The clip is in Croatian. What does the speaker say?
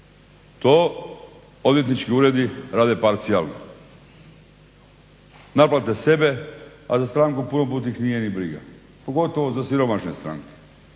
To odvjetnički uredi rade parcijalno. Naplate sebe, a za stranku puno put ih nije ni briga pogotovo za siromašne stranke.